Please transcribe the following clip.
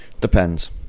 depends